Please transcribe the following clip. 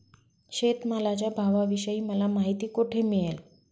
शेतमालाच्या भावाविषयी मला माहिती कोठे मिळेल?